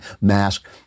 mask